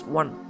one